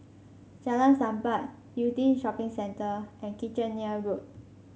Jalan Sappan Yew Tee Shopping Centre and Kitchener Road